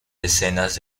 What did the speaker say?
decenas